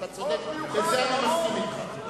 אתה צודק, בזה אני מסכים אתך.